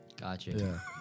Gotcha